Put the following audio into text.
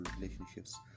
relationships